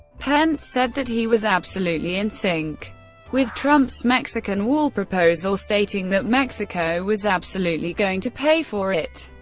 pence said that he was absolutely in sync with trump's mexican wall proposal, stating that mexico was absolutely going to pay for it.